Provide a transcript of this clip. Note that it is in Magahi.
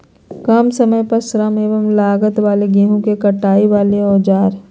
काम समय श्रम एवं लागत वाले गेहूं के कटाई वाले औजार?